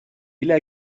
إلى